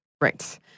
Right